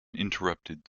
interrupted